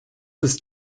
ist